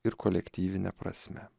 ir kolektyvine prasme